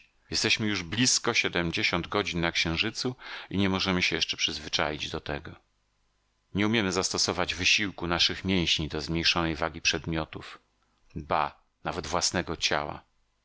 jesteśmy już blizko siedmdziesiąt godzin na księżycu i nie możemy się jeszcze przyzwyczaić do tego nie umiemy zastosować wysiłku naszych mięśni do zmniejszonej wagi przedmiotów ba nawet własnego ciała